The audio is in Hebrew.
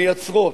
מייצרות,